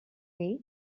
way